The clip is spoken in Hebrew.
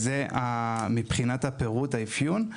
זה מבחינת הפירוט האפיון.